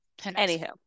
anywho